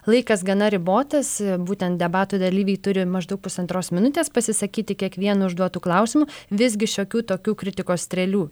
laikas gana ribotas būtent debatų dalyviai turi maždaug pusantros minutės pasisakyti kiekvienu užduotu klausimu visgi šiokių tokių kritikos strėlių